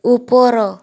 ଉପର